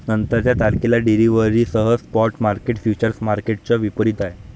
नंतरच्या तारखेला डिलिव्हरीसह स्पॉट मार्केट फ्युचर्स मार्केटच्या विपरीत आहे